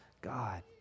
God